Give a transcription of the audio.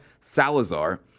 Salazar